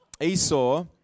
Esau